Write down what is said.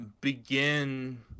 begin